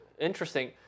interesting